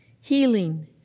healing